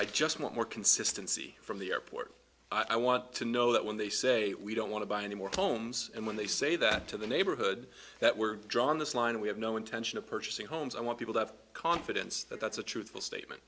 i just want more consistency from the airport i want to know that when they say we don't want to buy any more homes and when they say that to the neighborhood that we're drawn this line we have no intention of purchasing homes i want people to have confidence that that's a truthful statement